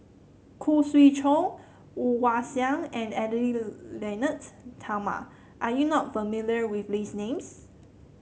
Khoo Swee Chiow Woon Wah Siang and Edwy Lyonet Talma are you not familiar with these names